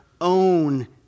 own